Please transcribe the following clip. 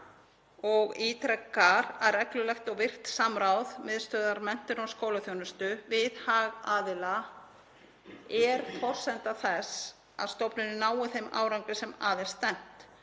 og ítrekar að reglulegt og virkt samráð Miðstöðvar menntunar og skólaþjónustu við hagaðila er forsenda þess að stofnunin nái þeim árangri sem að er stefnt.